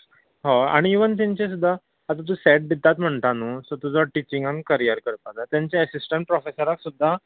हय आनी इवन तेंचे सुद्दां आतां तूं सॅट दितात म्हणटा न्हू सो तुका टिचिंगान करीयर करपा जाय तांच्या एसिसटंट प्रोफेसराक सुद्दां